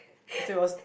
cause it was